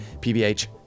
PBH